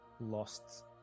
lost